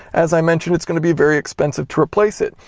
as i mentioned, it's going to be very expensive to replace it.